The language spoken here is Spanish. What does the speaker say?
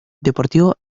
deportivo